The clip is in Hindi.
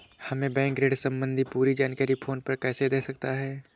हमें बैंक ऋण संबंधी पूरी जानकारी फोन पर कैसे दे सकता है?